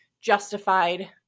justified